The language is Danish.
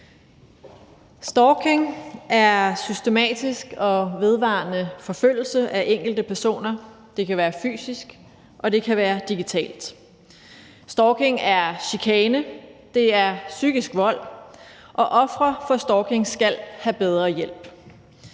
Stalking er systematisk og vedvarende forfølgelse af enkelte personer. Det kan være fysisk, og det kan være digitalt. Stalking er chikane, det er psykisk vold, og ofre for stalking skal have bedre hjælp.